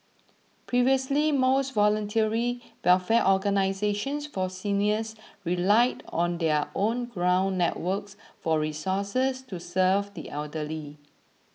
previously most voluntary welfare organisations for seniors relied on their own ground networks for resources to serve the elderly